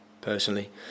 personally